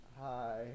Hi